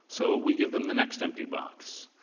so we give them the next empty box,